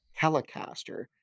Telecaster